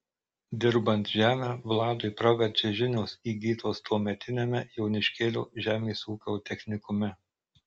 dirbant žemę vladui praverčia žinios įgytos tuometiniame joniškėlio žemės ūkio technikume